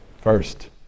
first